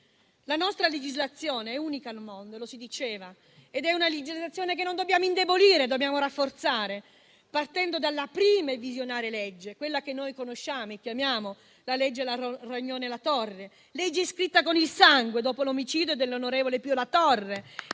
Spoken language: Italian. La nostra legislazione è unica al mondo - lo si diceva - ed è una legislazione che non dobbiamo indebolire, ma dobbiamo rafforzare, partendo dalla prima e visionaria legge, quella che conosciamo e chiamiamo legge Rognoni-La Torre, scritta con il sangue dopo gli omicidi dell'onorevole Pio La Torre